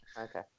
Okay